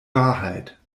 wahrheit